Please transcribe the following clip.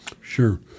Sure